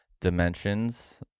dimensions